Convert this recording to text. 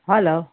hello